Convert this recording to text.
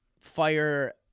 fire